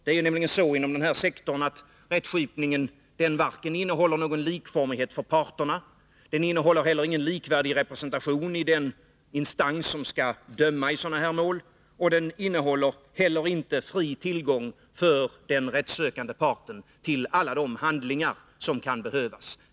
Det är nämligen så inom denna sektor att rättskipningen inte innehåller vare sig någon likformighet för parterna eller någon likvärdig representation ideninstans som skall döma i målen. Den innehåller heller inte fri tillgång för den rättssökande parten till alla de handlingar som kan behövas.